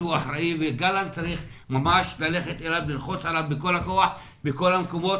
גלנט הוא אחראי וצריך ממש ללכת אליו וללחוץ עליו בכל הכוח בכל המקומות.